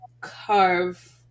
carve